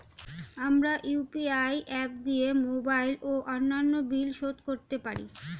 আমরা UPI app দিয়ে mobile ও অন্যান্য বিল শোধ করতে পারি